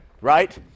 right